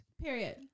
Period